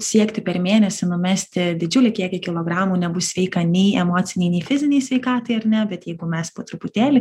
siekti per mėnesį numesti didžiulį kiekį kilogramų nebus sveika nei emocinei nei fizinei sveikatai ar ne bet jeigu mes po truputėlį